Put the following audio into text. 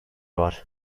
var